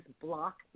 block